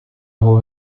hall